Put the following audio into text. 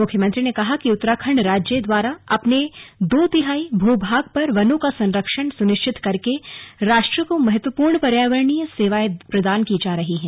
मुख्यमंत्री ने कहा कि उत्तराखण्ड राज्य द्वारा अपने दो तिहाई भू भाग पर वनों का संरक्षण सुनिश्चित करके राष्ट्र को महत्वपूर्ण पर्यावरणीय सेवायें प्रदान की जा रही है